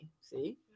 See